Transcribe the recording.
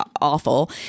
awful